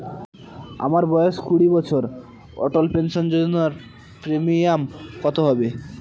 আমার বয়স কুড়ি বছর অটল পেনসন যোজনার প্রিমিয়াম কত হবে?